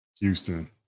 Houston